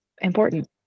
important